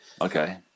Okay